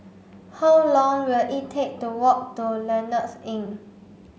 how long will it take to walk to Lloyds Inn